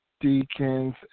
deacons